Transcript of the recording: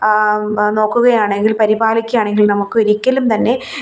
നോക്കുകയാണെങ്കിൽ പരിപാലിക്കുവാണെങ്കിൽ നമുക്ക് ഒരിക്കലും തന്നെ